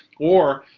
or,